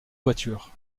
voitures